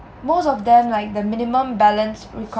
most of them like the minimum balance